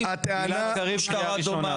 בצורה צינית --- גלעד קריב, קריאה ראשונה.